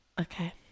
Okay